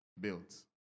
built